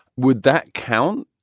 would that count,